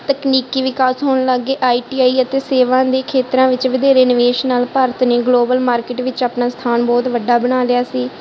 ਤਕਨੀਕੀ ਵਿਕਾਸ ਹੋਣ ਲੱਗ ਗਏ ਆਈ ਟੀ ਆਈ ਅਤੇ ਸੇਵਾ ਦੇ ਖੇਤਰਾਂ ਵਿੱਚ ਵਧੇਰੇ ਨਿਵੇਸ਼ ਨਾਲ ਭਾਰਤ ਨੇ ਗਲੋਬਲ ਮਾਰਕੀਟ ਵਿੱਚ ਆਪਣਾ ਸਥਾਨ ਬਹੁਤ ਵੱਡਾ ਬਣਾ ਲਿਆ ਸੀ